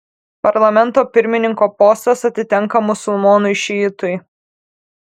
parlamento pirmininko postas atitenka musulmonui šiitui